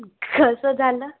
कसं झालं